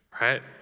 right